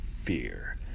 fear